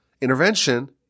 intervention